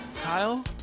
Kyle